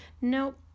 Nope